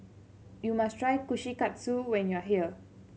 you must try Kushikatsu when you are here